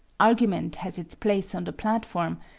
argument has its place on the platform,